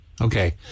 Okay